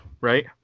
right